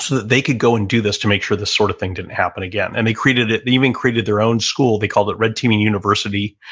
that they could go and do this to make sure this sort of thing didn't happen again. and they created it, even created their own school they called it red teaming university.